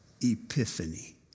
Epiphany